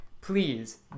please